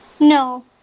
No